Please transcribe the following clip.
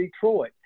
Detroit